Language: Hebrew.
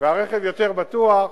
והרכב יותר בטוח.